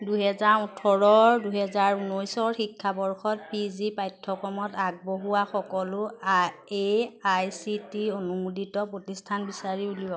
দুহেজাৰ ওঠৰ দুহেজাৰ ঊনৈছৰ শিক্ষাবৰ্ষত পি জি পাঠ্যক্ৰমত আগবঢ়োৱা সকলো A I C T E অনুমোদিত প্ৰতিষ্ঠান বিচাৰি উলিয়াওক